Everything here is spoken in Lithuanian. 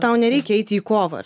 tau nereikia eiti į kovą ar